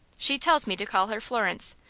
she tells me to call her florence.